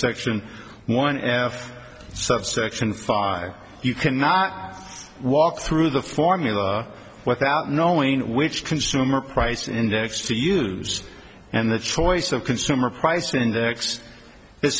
section one f subsection five you cannot walk through the formula without knowing which consumer price index to use and the choice of consumer price index is